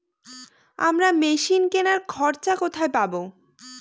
আমরা মেশিন কেনার খরচা কোথায় পাবো?